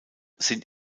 sind